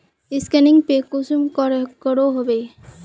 Scanning पे कुंसम करे करो होबे?